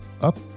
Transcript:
up